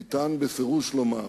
אפשר בפירוש לומר